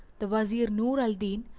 the wazir nur al-din,